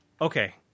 Okay